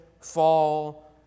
fall